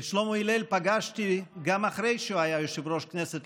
את שלמה הלל פגשתי גם אחרי שהוא היה יושב-ראש הכנסת,